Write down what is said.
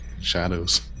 Shadows